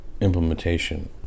implementation